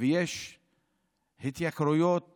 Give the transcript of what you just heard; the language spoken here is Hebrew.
ויש התייקרויות